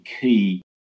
key